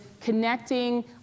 connecting